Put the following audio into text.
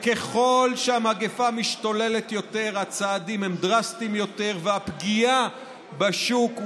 ככל שהמגפה משתוללת יותר הצעדים הם דרסטיים יותר והפגיעה בשוק,